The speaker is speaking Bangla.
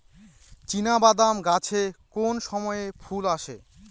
চিনাবাদাম গাছে কোন সময়ে ফুল আসে?